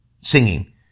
singing